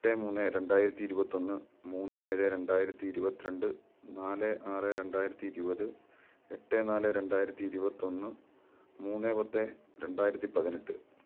എട്ട് മൂന്ന് രണ്ടായിരത്തി ഇരുപത്തൊന്ന് മൂന്ന് ഏഴ് രണ്ടായിരത്തി ഇരുപത്തിരണ്ട് നാല് ആറ് രണ്ടായിരത്തി ഇരുപത് എട്ട് നാല് രണ്ടായിരത്തി ഇരുപത്തൊന്ന് മൂന്ന് പത്ത് രണ്ടായിരത്തിപ്പതിനെട്ട്